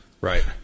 Right